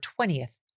20th